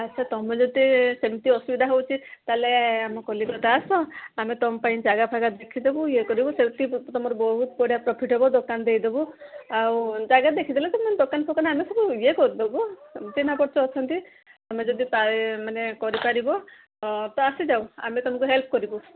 ଆଚ୍ଛା ତମେ ଯଦି ସେମିତି ଅସୁବିଧାହେଉଛି ତା'ହେଲେ ଆମ କଲିକତା ଆସ ଆମେ ତମ ପାଇଁ ଜାଗା ଫାଗା ଦେଖିଦବୁ ଇଏ କରିବୁ ସେମିତି ତମର ବହୁତ ବଢ଼ିଆ ପ୍ରଫିଟ୍ ହବ ଦୋକାନ ଦେଇଦବୁ ଆଉ ଜାଗା ଦେଖିଦେଲେ ତ ଦୋକାନ ଫୋକାନ ଆମେ ସବୁ ଇଏ କରିଦବୁ ଚିହ୍ନା ପରିଚୟ ଅଛନ୍ତି ତମେ ଯଦି ମାନେ କରିପାରିବ ତ ଆସିଯାଉ ଆମେ ତମକୁ ହେଲ୍ପ କରିବୁ